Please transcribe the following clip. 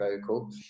vocal